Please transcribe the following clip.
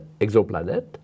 exoplanet